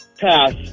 Pass